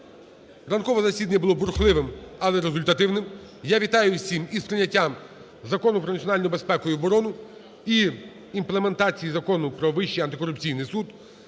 ранкове засідання було бурхливим, але результативним. Я вітаю всіх із прийняттям Закону про національну безпеку і оборону і імплементації Закону "Про Вищий антикорупційний суд".